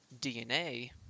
DNA